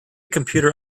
computer